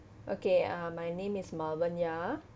okay uh my name is malvania